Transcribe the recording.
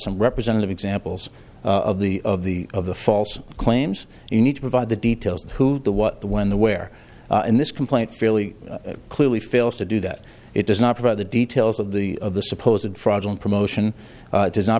some representative examples of the of the of the false claims you need to provide the details of who the what the when the where in this complaint fairly clearly fails to do that it does not provide the details of the of the supposed fraudulent promotion it does not